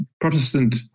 Protestant